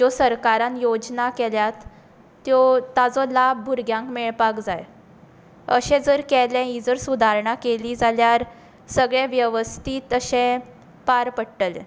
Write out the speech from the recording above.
ज्यो सरकारान योजना केल्यात त्यो ताजो लाव भुरग्यांक मेळपाक जाय अशें जर केलें ही जर सुदारणा केली जाल्यार सगळें वेवस्थीत अशें पार पडटलें